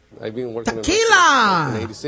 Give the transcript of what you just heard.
Tequila